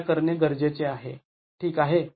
ज्या करणे गरजेचे आहे ठीक आहे